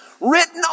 written